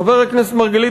חבר הכנסת מרגלית,